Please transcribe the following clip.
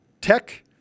tech